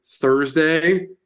thursday